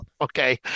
okay